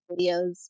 videos